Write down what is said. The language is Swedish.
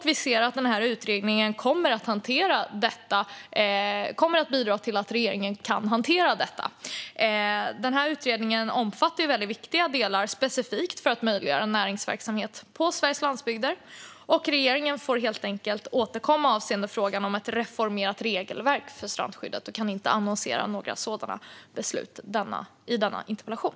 Vi anser att utredningen kommer att bidra till att regeringen kan hantera detta. Utredningen omfattar viktiga delar specifikt för att möjliggöra näringsverksamhet på den svenska landsbygden. Regeringen får helt enkelt återkomma avseende frågan om ett reformerat regelverk för strandskyddet. Det är inte möjligt att annonsera några sådana beslut i samband med denna interpellation.